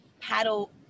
paddle